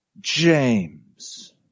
James